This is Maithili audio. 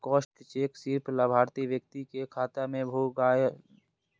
क्रॉस्ड चेक सिर्फ लाभार्थी व्यक्ति के खाता मे भुनाएल जा सकै छै